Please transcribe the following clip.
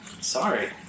sorry